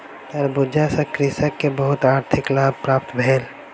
तरबूज सॅ कृषक के बहुत आर्थिक लाभ प्राप्त भेल